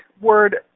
word